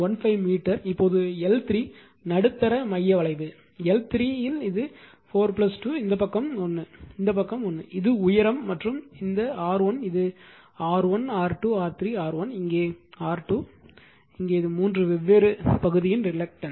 15 metre இப்போது L3 நடுத்தர மைய வளைவு எல் 3 இது 4 2 இந்த பக்கம் 1 இந்த பக்கம் 1 இது உயரம் மற்றும் இந்த R1 இது R1 R2 R3 R1 இங்கே R2 இங்கே இது மூன்று வெவ்வேறு பகுதியின் ரிலக்டன்ஸ்